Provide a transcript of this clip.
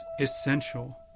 essential